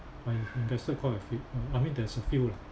I invested quite a few I mean there's a few